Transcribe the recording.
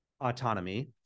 autonomy